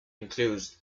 includes